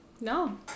No